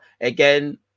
again